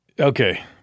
okay